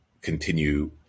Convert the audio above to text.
continue